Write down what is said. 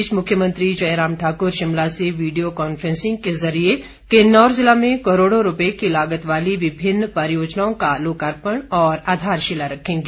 इस बीच मुख्यमंत्री जयराम ठाक्र शिमला से वीडियो कांफ्रेसिंग के जरिए किन्नौर जिला में करोड़ों रूपए की लागत वाली विभिन्न परियोजनाओं का लोकापर्ण और आधारशिला रखेंगे